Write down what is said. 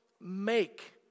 make